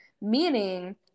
meaning